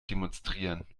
demonstrieren